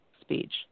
speech